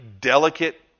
delicate